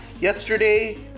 yesterday